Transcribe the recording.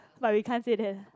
but we can't say that